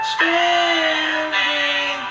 Standing